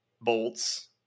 bolts